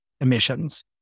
emissions